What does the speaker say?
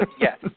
Yes